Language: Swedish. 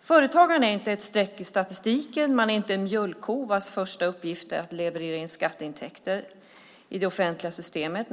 Företagaren är inte ett streck i statistiken. Man är inte en mjölkko vars första uppgift är att leverera in skatter till det offentliga systemet.